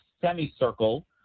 semicircle